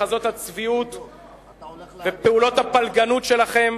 מחזות הצביעות ואת פעולות הפלגנות שלכם